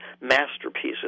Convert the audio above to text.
masterpieces